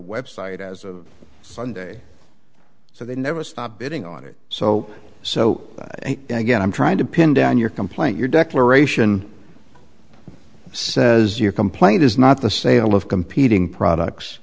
website as of sunday so they never stop it ing on it so so again i'm trying to pin down your complaint your declaration says your complaint is not the sale of competing products